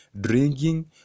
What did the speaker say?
drinking